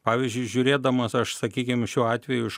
pavyzdžiui žiūrėdamas aš sakykim šiuo atveju iš